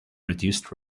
reduced